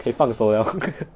可以放手了